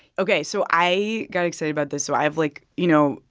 ok. so i got excited about this. so i have, like you know,